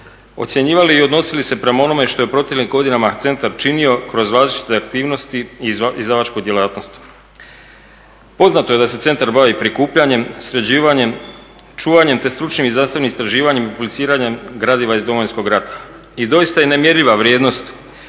ocjenjivali i odnosili se prema onome što je u proteklim godinama centar činio kroz različite aktivnosti i izdavačku djelatnost. Poznato je da se centar bavi prikupljanjem, sređivanjem, čuvanjem, te stručnim i zdravstvenim istraživanjem, publiciranjem gradiva iz Domovinskog rata. I doista je nemjerljiva vrijednost